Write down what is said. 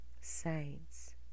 saints